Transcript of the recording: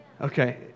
Okay